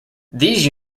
these